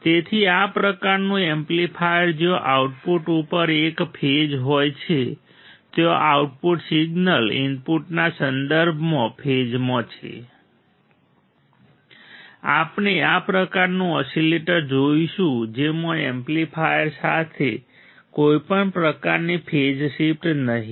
તેથી આ પ્રકારનું એમ્પ્લીફાયર જ્યાં આઉટપુટ ઉપર એક ફેઝ હોય છે ત્યાં આઉટપુટ સિગ્નલ ઇનપુટના સંદર્ભમાં ફેઝમાં હોય છે આપણે આ પ્રકારનું ઓસીલેટર જોઈશું જેમાં એમ્પ્લીફાયર પાસે કોઈપણ પ્રકારની ફેઝ શિફ્ટ હશે નહીં